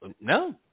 No